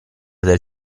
del